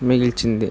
మిగిల్చింది